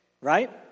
right